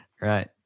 Right